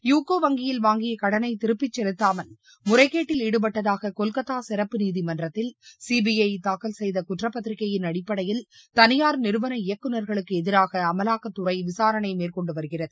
யுகோ வங்கியில் வாங்கிய கடனை திருப்பி செலுத்தாமல் முறைகேட்டில் ஈடுபட்டதாக கொல்கத்தா சிறப்பு நீதிமன்றத்தில் சிபிற தாக்கல் செய்த குற்றப்பத்திரிக்கையின் அடிப்படையில் தளியார் நிறுவன இயக்குநர்களுக்கு எதிராக அமலாக்கத்துறை விசாரணை மேற்கொண்டு வருகிறது